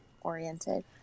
oriented